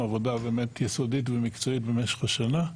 עבודה באמת יסודית ומקצועית במשך השנה.